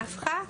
נפחא,